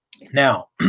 Now